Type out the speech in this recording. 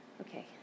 Okay